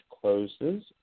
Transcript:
closes